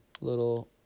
little